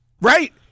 Right